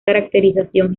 caracterización